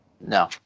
No